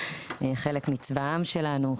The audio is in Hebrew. חלק מצבא העם שלנו,